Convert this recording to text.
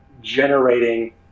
generating